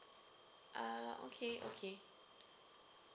ah okay okay